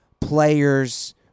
players